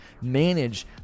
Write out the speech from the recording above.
manage